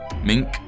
Mink